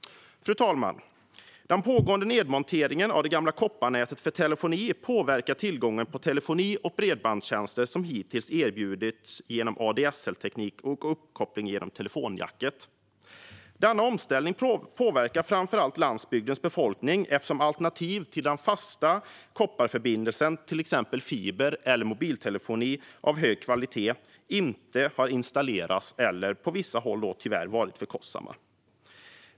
Fru talman! Den pågående nedmonteringen av det gamla kopparnätet för telefoni påverkar tillgången på telefoni och bredbandstjänster som hittills erbjudits genom ADSL-teknik och uppkoppling genom telefonjacket. Denna omställning påverkar framför allt landsbygdens befolkning eftersom alternativ till den fasta kopparförbindelsen, till exempel fiber eller mobiltelefoni av hög kvalitet, inte har installerats eller på vissa håll tyvärr varit för kostsamma.